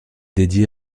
dédiée